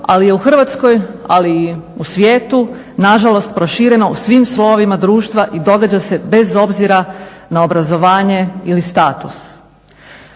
ali je u Hrvatskoj ali i u svijetu nažalost prošireno u svim slojevima društva i događa se bez obzira na obrazovanje ili status.